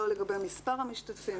לא לגבי מספר המשתתפים,